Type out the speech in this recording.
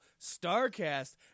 Starcast